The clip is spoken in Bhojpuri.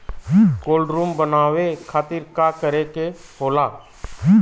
कोल्ड रुम बनावे खातिर का करे के होला?